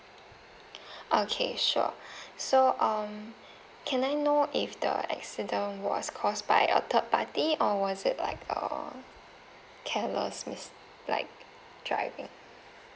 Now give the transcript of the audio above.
okay sure so um can I know if the accident was caused by a third party or was it like a careless mis~ like driving